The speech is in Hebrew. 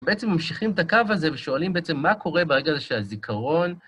בעצם ממשיכים את הקו הזה ושואלים בעצם מה קורה ברגע הזה של הזיכרון.